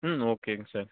ம் ஓகேங்க சார்